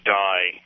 die